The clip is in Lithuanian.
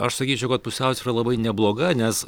aš sakyčiau kad pusiausvyra labai nebloga nes